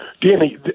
Danny